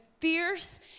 fierce